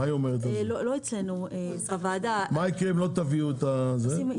מה יקרה אם לא תביאו את זה?